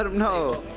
um know.